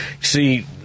See